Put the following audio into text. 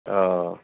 অঁ